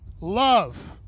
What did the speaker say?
Love